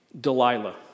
Delilah